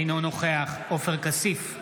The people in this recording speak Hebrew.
אינו נוכח עופר כסיף,